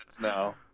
No